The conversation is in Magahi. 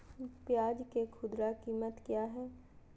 प्याज के खुदरा कीमत क्या है?